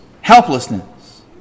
helplessness